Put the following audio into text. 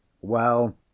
Well